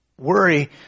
Worry